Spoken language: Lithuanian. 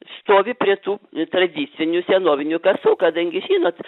stovi prie tų tradicinių senovinių kasų kadangi žinot